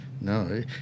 no